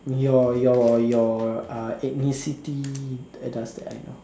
your your your uh ethnicity does that I know